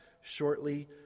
shortly